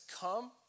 come